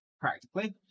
Practically